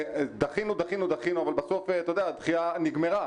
דחינו, אבל בסוף, אתה יודע, הדחייה נגמרה.